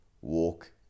walk